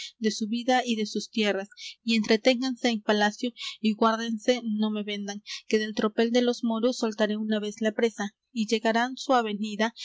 de su vida y de sus tierras y entreténganse en palacio y guárdense no me vendan que del tropel de los moros soltaré una vez la presa y llegarán su avenida